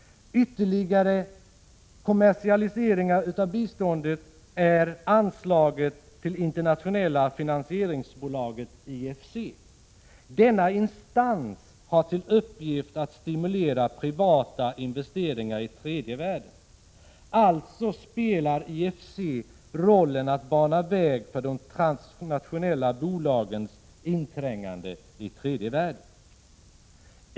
Ytterligare exempel på kommersialiseringar av biståndet är anslaget till Internationella finansieringsbolaget, IFC. Denna instans har till uppgift att stimulera privata investeringar i tredje världen. Alltså spelar IFC rollen av att bana väg för de transnationella bolagens inträngande i tredje världen.